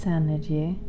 energy